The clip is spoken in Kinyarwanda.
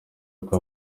uko